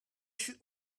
should